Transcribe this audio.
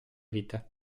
vita